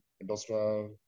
industrial